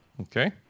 Okay